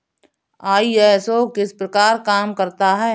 ISO किस प्रकार काम करता है